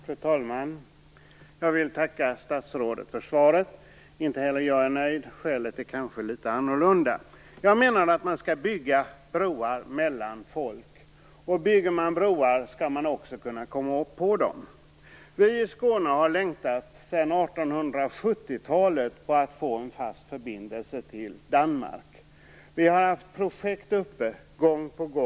Fru talman! Jag vill tacka statsrådet för svaret. Inte heller jag är nöjd, men skälet är kanske litet annorlunda. Jag menar att man skall bygga broar mellan folk, och bygger man broar skall det också gå att komma upp på dem. Vi i Skåne har sedan 1870-talet längtat efter att få en fast förbindelse till Danmark. Vi har gång på gång haft projekt uppe.